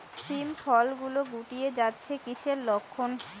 শিম ফল গুলো গুটিয়ে যাচ্ছে কিসের লক্ষন?